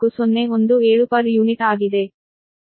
4017 per unit ಆಗಿದೆ